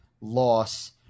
loss